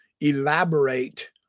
elaborate